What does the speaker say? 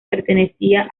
pertenecía